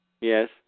Yes